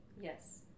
Yes